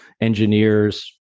engineers